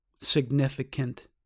significant